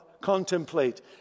contemplate